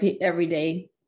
everyday